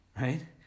right